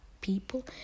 people